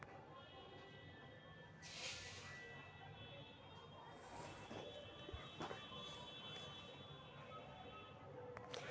virtual card लेबेय के लेल कुछ पइसा बैंक में जमा करेके परै छै